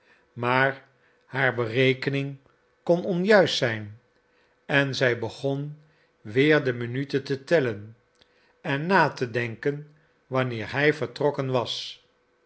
maar haar berekening kon onjuist zijn en zij begon weer de minuten te tellen en na te denken wanneer hij vertrokken was